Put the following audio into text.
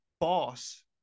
boss